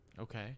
Okay